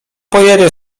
pojedzie